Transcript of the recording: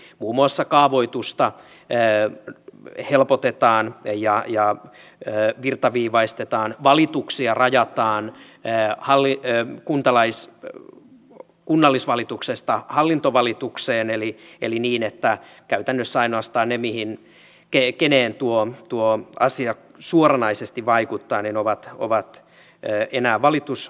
muun muassa kaavoitusta helpotetaan ja virtaviivaistetaan valituksia rajataan kunnallisvalituksesta hallintovalitukseen eli niin että käytännössä ainoastaan ne keihin tuo asia suoranaisesti vaikuttaa ovat enää valitusoikeutettuja